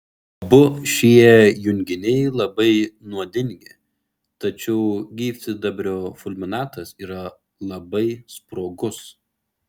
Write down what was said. abu šie junginiai labai nuodingi tačiau gyvsidabrio fulminatas yra labai sprogus